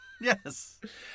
Yes